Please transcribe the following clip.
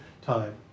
time